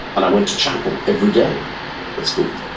and i went to chapel every day at school.